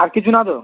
আর কিছু না তো